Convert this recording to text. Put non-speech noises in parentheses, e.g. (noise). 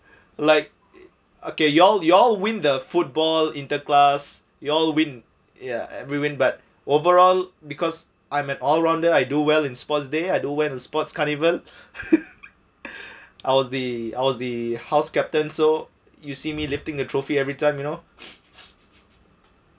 like okay you all you all win the football interclass you all win ya every win but overall because I'm an all rounder I do well in sports day I do well in sports carnival (laughs) I was the I was the house captain so you see me lifting the trophy everytime you know (laughs)